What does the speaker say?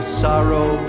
sorrow